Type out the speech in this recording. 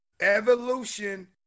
Evolution